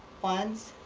funds.